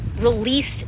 released